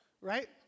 Right